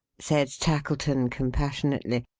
said tackleton, compassionately.